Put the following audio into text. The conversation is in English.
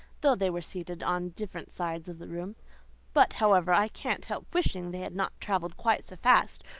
though they were seated on different sides of the room but, however, i can't help wishing they had not travelled quite so fast,